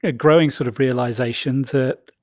ah growing sort of realizations that,